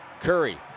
Curry